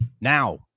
now